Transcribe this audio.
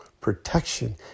protection